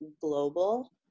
Global